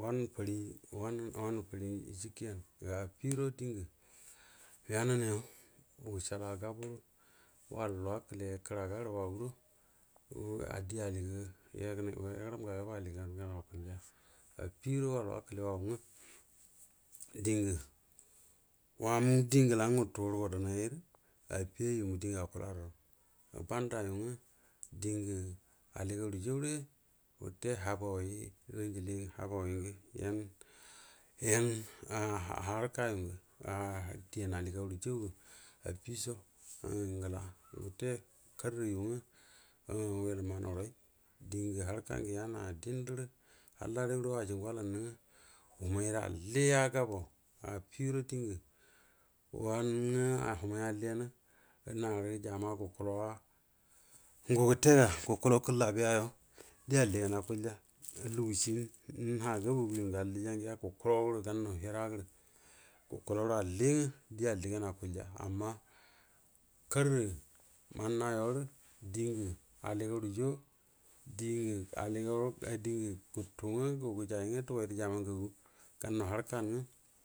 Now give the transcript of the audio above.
wan fatri wan fatri cikiyan ga affide dingə yanana ngə ushala gabuwa wal wakə. Te kəraga du waado di aligangə yago ram ngan yoyo aligan gadanma dunga affido wal wakəle wan nga dingə wanə di ngala nga wutu nani gadanairə affi yungə dingə akula arrau wute habawai ugili habawai ngə yan harka ngədiyan aligau rə jangə affiso um ngəla wute karrə yurai rga wayalə mananrai dinga harka nga yana didərə hallarə do ajingə valannə nga hamairə alliya gabau affide dingə wanga wamai affiana narə jama gukulawa ngu gətega gukulau kəllabiyayo di alliganma akulya lugashi na gabogu yu ngu allija nya gukulan du gannan hiradə gukudaurə alluga di alligan akulya amma karrə mwunayo digə digamma ding kutu nga gu gəja nga dugaru jama ngagu gannan markan nga.